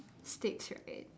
sticks right